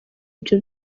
ibyo